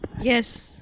yes